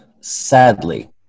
sadly